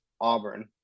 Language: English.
Auburn